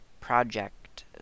project